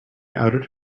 outed